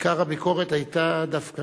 עיקר הביקורת היתה דווקא